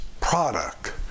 product